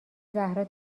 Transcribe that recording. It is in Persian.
زهرا